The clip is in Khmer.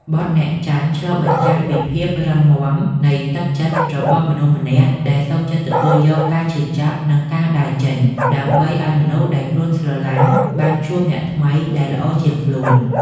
បទ "អ្នកចាញ់" ឆ្លុះបញ្ចាំងពីភាពរឹងមាំនៃទឹកចិត្តរបស់មនុស្សម្នាក់ ដែលសុខចិត្តទទួលយកការឈឺចាប់ និងការដើរចេញ ដើម្បីឱ្យមនុស្សដែលខ្លួនស្រឡាញ់បានជួបអ្នកថ្មីដែលល្អជាងខ្លួន។